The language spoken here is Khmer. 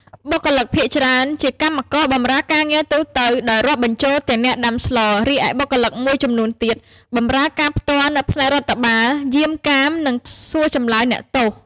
បុគ្គលិកភាគច្រើន ជាកម្មករបម្រើការងារទូទៅដោយរាប់បញ្ចូលទាំងអ្នកដាំស្ល រីឯបុគ្គលិកមួយចំនួនទៀត បម្រើការផ្ទាល់នៅផ្នែករដ្ឋបាល យាមកាម និងសួរចម្លើយអ្នកទោស។